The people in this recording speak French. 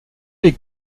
les